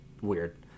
weird